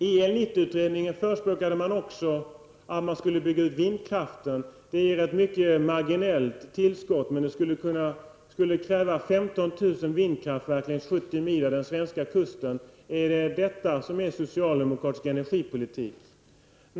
I El 90-utredningen förespråkade man också en utbyggnad av vindkraften. Det ger ett mycket marginellt tillskott, men det skulle kräva 15 000 Är det detta som är socialdemokratisk energipolitik?